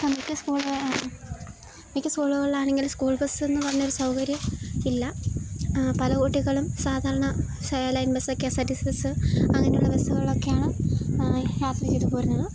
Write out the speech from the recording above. മിക്ക സ്കൂളുകൾ മിക്ക സ്കൂളുകളാണെങ്കിൽ സ്കൂൾ ബസെന്ന് പറഞ്ഞ ഒരു സൗകര്യം ഇല്ല പല കുട്ടികളും സാധാരണ line bus K S R T C bus അങ്ങനെയുള്ള ബസ്സുകളൊക്കെയാണ് യാത്ര ചെയ്തു പോരുന്നത്